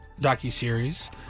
docuseries